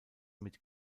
mit